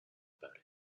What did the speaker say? about